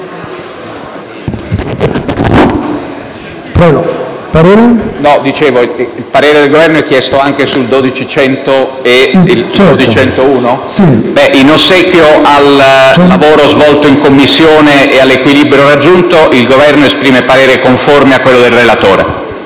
In merito, invece, agli emendamenti 12.100 e 12.101, in ossequio al lavoro svolto in Commissione e all'equilibrio raggiunto, il Governo esprime parere conforme a quello del relatore,